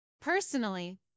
Personally